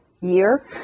year